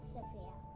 Sophia